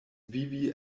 vivi